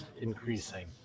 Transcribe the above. increasing